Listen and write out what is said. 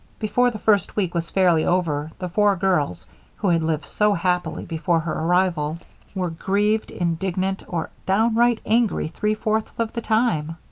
before the first week was fairly over, the four girls who had lived so happily before her arrival were grieved, indignant, or downright angry three-fourths of the time.